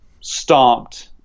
stomped